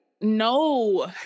No